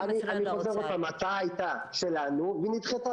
מה יועבר למטפלות ולאיזה מטפלות?